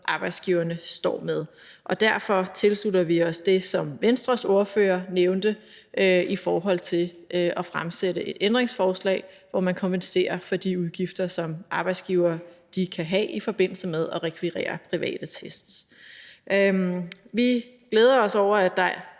arbejdsgiverne står med. Derfor tilslutter vi os det, som Venstres ordfører nævnte i forhold til at stille et ændringsforslag, hvor man kompenserer for de udgifter, som arbejdsgivere kan have i forbindelse med at rekvirere private test. Vi glæder os over, at der